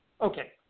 Okay